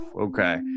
Okay